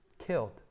killed